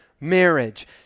marriage